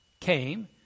came